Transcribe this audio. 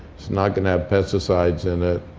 it's not going to have pesticides in it.